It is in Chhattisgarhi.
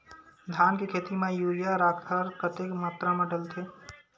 धान के खेती म यूरिया राखर कतेक मात्रा म डलथे?